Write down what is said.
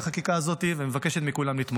חברים ביקשו, והם צודקים.